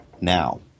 now